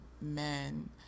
men